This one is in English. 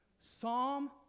Psalm